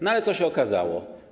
No ale co się okazało?